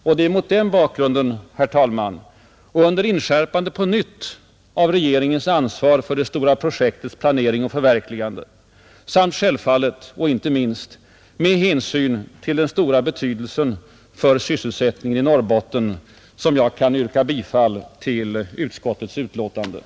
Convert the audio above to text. Och det är mot den bakgrunden, herr talman, och under inskärpande på nytt av regeringens ansvar för det stora projektets planering och förverkligande samt självfallet och inte minst med hänsyn till dess stora betydelse för sysselsättningen i Norrbotten som jag kan yrka bifall till utskottets hemställan.